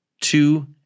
two